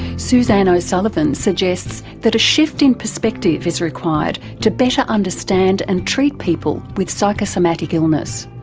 suzanne o'sullivan suggests that a shift in perspective is required to better understand and treat people with psychosomatic illness.